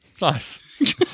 Nice